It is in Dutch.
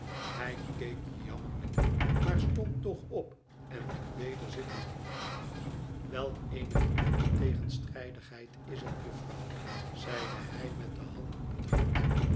hij keek jammerlijk maar stond toch op en ging weder zitten welk eene grievende tegenstrijdigheid is het jufvrouw zeide hij met de hand op het hart